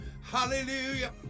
Hallelujah